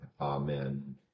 Amen